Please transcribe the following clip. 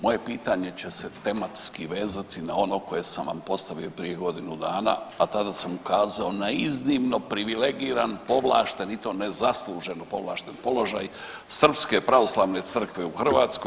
Moje pitanje će se tematski vezati na ono koje sam vam postavio prije godinu dana, a tada sam ukazao na iznimno privilegiran i povlašten i to nezasluženo povlašten položaj Srpske pravoslavne crkve u Hrvatskoj.